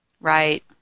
Right